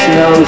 no